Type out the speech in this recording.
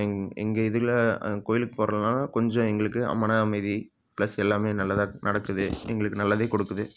எங் எங்கள் இதில் கோயிலுக்கு போகறனால கொஞ்சம் எங்களுக்கு மன அமைதி ப்ளஸ் எல்லாமே நல்லதாக நடக்குது எங்களுக்கு நல்லதேக் கொடுக்குது